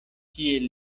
kiel